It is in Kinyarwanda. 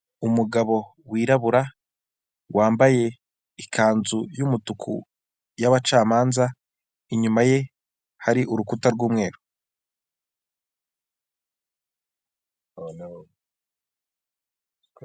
Umugabo wirabura wambaye ikanzu y'umutuku y'abacamanza inyuma ye hari urukuta rw'umweru.